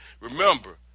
Remember